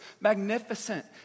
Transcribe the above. magnificent